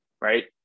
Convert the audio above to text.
Right